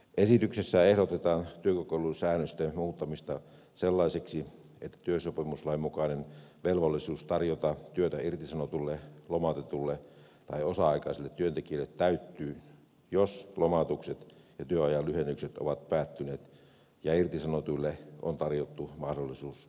esityksessä ehdotetaan työkokeilusäännösten muuttamista sellaisiksi että työsopimuslain mukainen velvollisuus tarjota työtä irtisanotulle lomautetulle tai osa aikaiselle työntekijälle täyttyy jos lomautukset ja työajan lyhennykset ovat päättyneet ja irtisanotuille on tarjottu mahdollisuus palata töihin